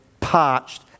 parched